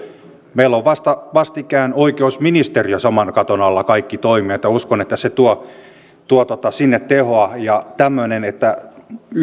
meillä on vasta vastikään oikeusministeriö tullut saman katon alle kaikki toimijat ja uskon että se tuo sinne tehoa ja tämmöinen että